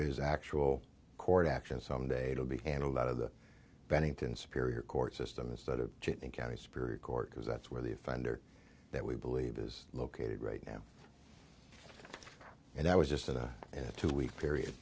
is actual court action someday it will be handled out of the bennington superior court system instead of in county superior court because that's where the offender that we believe is located right now and i was just in a two week period